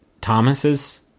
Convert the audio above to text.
Thomas's